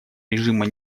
режима